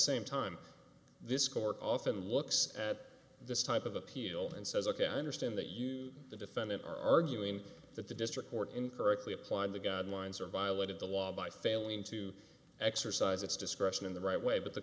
same time this court often looks at this type of appeal and says ok i understand that you the defendant are arguing that the district court in correctly applied the guidelines or violated the law by failing to exercise its discretion in the right way but the